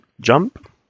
jump